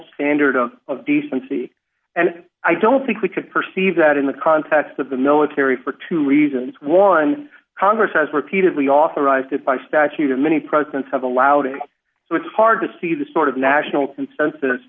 standard of decency and i don't think we could perceive that in the context of the military for two reasons one congress has repeatedly authorized it by statute and many presidents have allowed it so it's hard to see the sort of national consensus